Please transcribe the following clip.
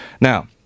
Now